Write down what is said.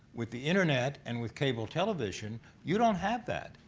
with the internet and with cable television, you don't have that.